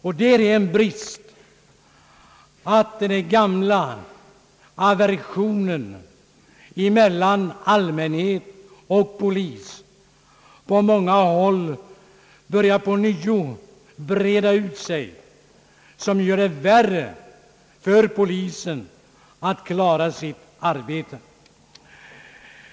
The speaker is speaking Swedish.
Det är tråkigt att den gamla aversionen mellan allmänhet och polis på många håll har börjat att ånyo breda ut sig, vilket gör det svårare för polisen att klara sitt arbete.